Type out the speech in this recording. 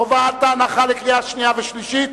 חובת ההנחה לקריאה שנייה ולקריאה שלישית,